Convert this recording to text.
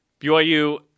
BYU